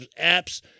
apps